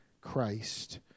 Christ